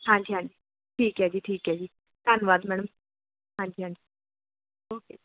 ਹਾਂਜੀ ਹਾਂਜੀ ਠੀਕ ਐ ਜੀ ਠੀਕ ਐ ਜੀ ਧੰਨਵਾਦ ਮੈਡਮ ਹਾਂਜੀ ਹਾਂਜੀ ਓਕੇ ਜੀ